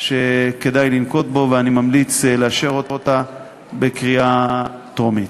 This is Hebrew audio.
שכדאי לנקוט, ואני ממליץ לאשר אותה בקריאה טרומית,